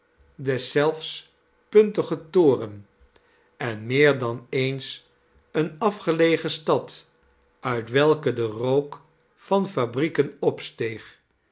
deszelfs puntigen toren en meer dan eens eene afgelegen stad uit welke de rook van fabrieken opsteeg